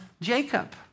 Jacob